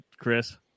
Chris